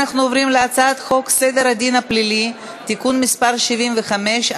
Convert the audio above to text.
אנחנו עוברים להצעת חוק סדר הדין הפלילי (תיקון מס' 75),